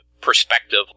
perspective